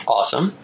Awesome